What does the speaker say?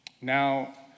Now